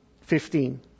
Fifteen